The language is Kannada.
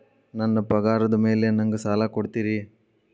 ನನ್ನ ಪಗಾರದ್ ಮೇಲೆ ನಂಗ ಸಾಲ ಕೊಡ್ತೇರಿ?